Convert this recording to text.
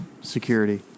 security